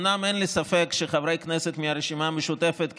אומנם אין לי ספק שחברי כנסת מהרשימה המשותפת,